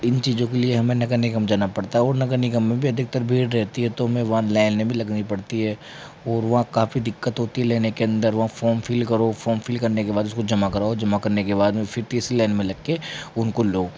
इन चीज़ों के लिए हमें नगर निगम जाना पड़ता है और नगर निगम में भी अधिकतर भीड़ रहती है तो मैं वहाँ लाइने भी लगती पड़ती है और वहाँ काफी दिक्कत होती है लेने के अंदर वहाँ फॉर्म फिल करो फॉर्म फिल करने के बाद उसको जमा कराओ जमा करने के बाद में फिर तीसरी लाइन में लग कर उनको लो